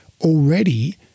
Already